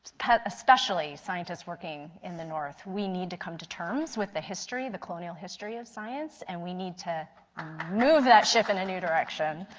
especially scientists working in the north. we need to come to terms with the history the colonial history of science and we need to move that ship in a new direction.